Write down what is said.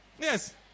Yes